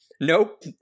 nope